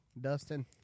Dustin